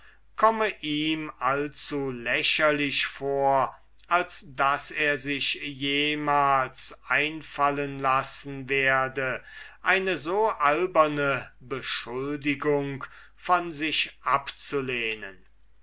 komme ihm allzu lächerlich vor als daß er sich jemals einfallen lassen werde eine so alberne beschuldigung von sich abzulehnen